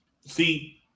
see